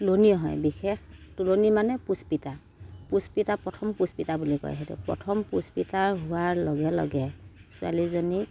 তুলনী হয় বিশেষ তুলনী মানে পুস্পিতা পুস্পিতা প্ৰথম পুস্পিতা বুলি কয় সেইটো প্ৰথম পুস্পিতা হোৱাৰ লগে লগে ছোৱালীজনীক